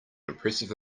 impressive